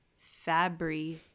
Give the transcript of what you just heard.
Fabry